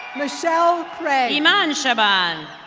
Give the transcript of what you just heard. michelle cray. iman shiban.